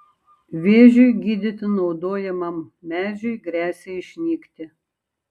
vėžiui gydyti naudojamam medžiui gresia išnykti